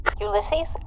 Ulysses